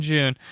June